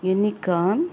unicorn